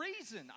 reason